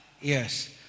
Yes